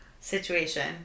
situation